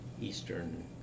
Eastern